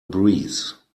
breeze